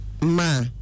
ma